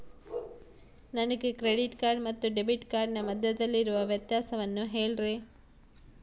ನನಗೆ credit card ಮತ್ತು debit ಕಾರ್ಡಿನ ಮಧ್ಯದಲ್ಲಿರುವ ವ್ಯತ್ಯಾಸವನ್ನು ಹೇಳ್ರಿ?